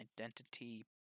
identity